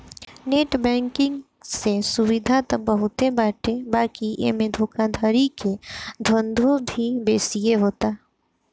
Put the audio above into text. net banking से सुविधा त बहुते बाटे बाकी एमे धोखाधड़ी के धंधो भी बेसिये होता